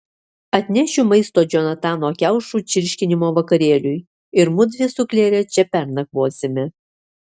atnešiu maisto džonatano kiaušų čirškinimo vakarėliui ir mudvi su klere čia pernakvosime